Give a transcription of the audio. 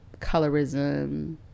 Colorism